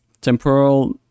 Temporal